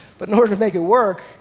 but in order to make it work,